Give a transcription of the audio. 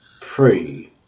pray